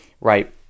right